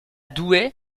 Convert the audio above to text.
douai